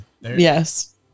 Yes